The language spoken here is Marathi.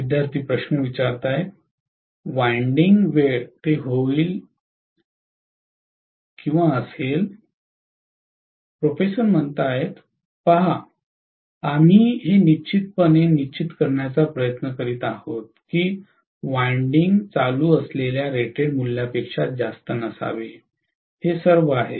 विद्यार्थीः वाइंडिंग वेळ ते होईल प्रोफेसर पहा आम्ही हे निश्चितपणे निश्चित करण्याचा प्रयत्न करीत आहोत की वाइंडिंग चालू असलेल्या रेटेड मूल्यापेक्षा जास्त नसावे हे सर्व आहे